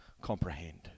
comprehend